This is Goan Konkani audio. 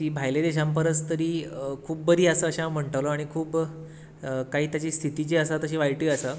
ती भायल्या देशां परस तरी खूब बरी आसा अशे हांव म्हणटलो आनी खूब काही ताजी स्थिती जी आसा ती वायटूय आसा